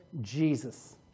Jesus